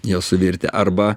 jo suvirtę arba